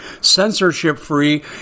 censorship-free